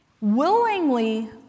willingly